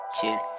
Chill